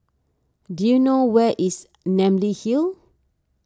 do you know where is Namly Hill